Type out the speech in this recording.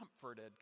comforted